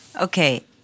Okay